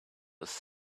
was